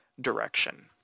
direction